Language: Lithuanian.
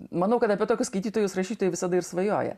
manau kad apie tokius skaitytojus rašytojai visada ir svajoja